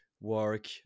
work